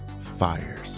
fires